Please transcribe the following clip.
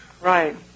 Right